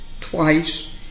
twice